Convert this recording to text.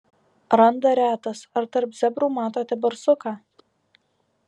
randa retas ar tarp zebrų matote barsuką